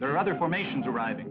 there are other formations arriving